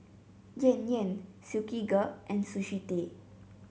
Yan Yan Silkygirl and Sushi Tei